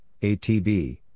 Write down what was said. ATB